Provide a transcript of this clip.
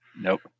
Nope